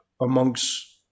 amongst